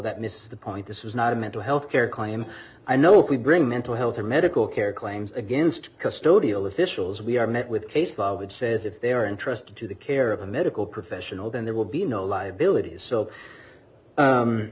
that misses the point this is not a mental health care claim i know we bring mental health or medical care claims against custodial officials we are met with case law would says if they are interested to the care of a medical professional then there will be no liabilities so